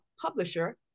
Publisher